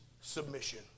submission